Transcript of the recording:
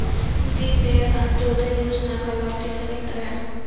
दीनदयाल अंत्योदय योजना का लाभ किसे मिलता है?